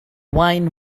wine